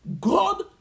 God